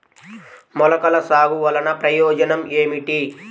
మొలకల సాగు వలన ప్రయోజనం ఏమిటీ?